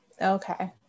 Okay